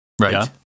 Right